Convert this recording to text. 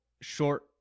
short